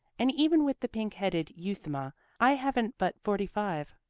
and even with the pink-headed euthuma i haven't but forty-five.